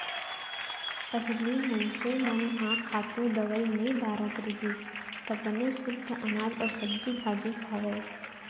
पहिली मनखे मन ह खातू, दवई नइ डारत रहिस त बने सुद्ध अनाज अउ सब्जी भाजी खावय